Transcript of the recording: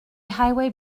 highway